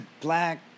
black